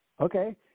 Okay